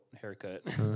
haircut